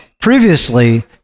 previously